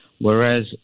Whereas